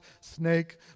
Snake